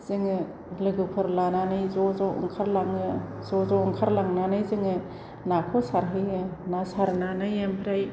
जोंङो लागोफोर लानानै ज'ज' ओंखारलांङो ज'ज' ओंखारलांनानै जोङो नाखौ सारहैयो ना सारनानै ओमफ्राय